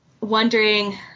wondering